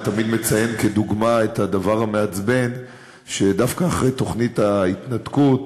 אני תמיד מציין כדוגמה את הדבר המעצבן שדווקא אחרי תוכנית ההתנתקות,